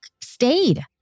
stayed